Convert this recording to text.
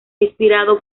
inspirado